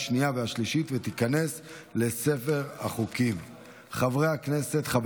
להלן תוצאות ההצבעה: תשעה